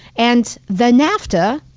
and the nafta,